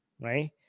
right